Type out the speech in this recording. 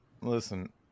Listen